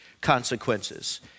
consequences